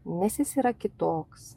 nes jis yra kitoks